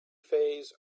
phase